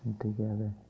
together